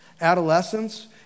Adolescence